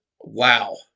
wow